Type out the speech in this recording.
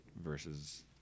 Versus